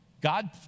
God